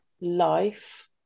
life